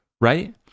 right